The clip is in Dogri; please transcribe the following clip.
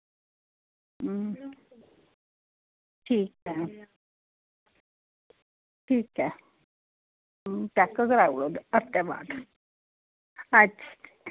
अं ठीक ऐ ठीक ऐ चैक कराओ हफ्ते दे बाद अच्छा